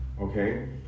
okay